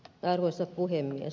arvoisa puhemies